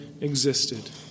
existed